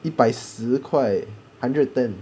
一百十块 hundred ten